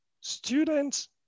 students